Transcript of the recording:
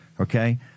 Okay